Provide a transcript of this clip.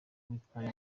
witwaye